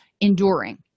enduring